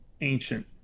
ancient